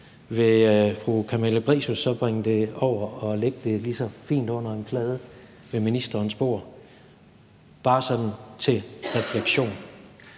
vil fru Camilla Fabricius så bringe det over og lægge det lige så fint under en plade ved ministerens bord, bare sådan til refleksion?